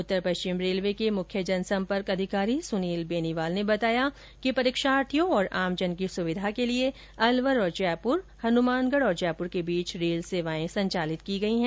उत्तर पश्चिम रेलवे के मुख्य जनसंपर्क अधिकारी सुनील बेनीवाल ने बताया कि परीक्षार्थियों और आमजन की सुविधा के लिये अलवर और जयपुर हनुमानगढ तथा जयपुर के बीच रेल सेवाये संचालित की गई है